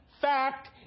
fact